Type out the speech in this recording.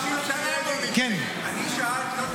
50 שנה לא --- אני שאלתי אותך,